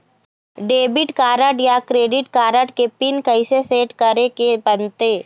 Debit card या credit card के pin कइसे सेट करे के बनते?